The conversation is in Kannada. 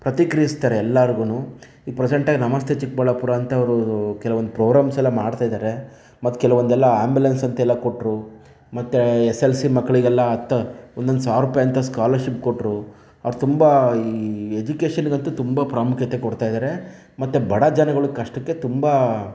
ಪ್ರತಿಕ್ರಿಯಿಸ್ತಾರೆ ಎಲ್ಲಾರಿಗುನೂ ಈಗ ಪ್ರೆಸೆಂಟಾಗಿ ನಮಸ್ತೆ ಚಿಕ್ಕಬಳ್ಳಾಪುರ ಅಂತ ಅವರು ಕೆಲವೊಂದು ಪ್ರೊಗ್ರಾಮ್ಸೆಲ್ಲ ಮಾಡ್ತಯಿದ್ದಾರೆ ಮತ್ತು ಕೆಲವೊಂದೆಲ್ಲ ಆಂಬುಲೆನ್ಸ್ ಅಂತೆಲ್ಲ ಕೊಟ್ರು ಮತ್ತೆ ಎಸ್ ಎಲ್ ಸಿ ಮಕ್ಕಳಿಗೆಲ್ಲ ಹತ್ತು ಒಂದೊಂದು ಸಾವಿರ ರೂಪಾಯಿ ಅಂತ ಸ್ಕಾಲರ್ಶಿಪ್ ಕೊಟ್ರು ಅವರು ತುಂಬ ಈ ಎಜುಕೇಷನ್ಗಂತು ತುಂಬ ಪ್ರಾಮುಖ್ಯತೆ ಕೊಡ್ತಾಯಿದ್ದಾರೆ ಮತ್ತೆ ಬಡಜನಗಳ ಕಷ್ಟಕ್ಕೆ ತುಂಬ